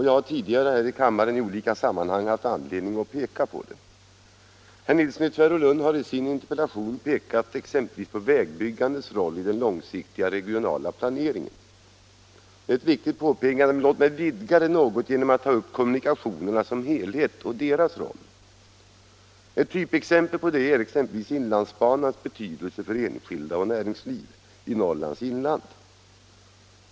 Jag har tidigare här i kammaren i olika sammanhang haft anledning att peka på det. Herr Nilsson har i sin interpellation berört exempelvis vägbyggandets roll i den långsiktiga regionala planeringen. Låt mig vidga det något genom att ta upp kommunikationerna som helhet och deras roll. Ett typexempel är inlandsbanans betydelse för enskilda och näringsliv i Norrlands inland.